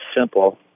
simple